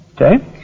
Okay